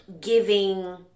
giving